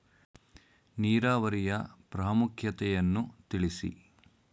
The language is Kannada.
ನೀರಾವರಿಯ ಪ್ರಾಮುಖ್ಯತೆ ಯನ್ನು ತಿಳಿಸಿ?